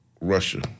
Russia